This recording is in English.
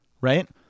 right